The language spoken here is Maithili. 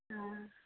हँ